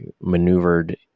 maneuvered